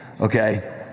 Okay